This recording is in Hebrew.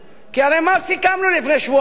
כי הרי מה סיכמנו לפני שבועיים?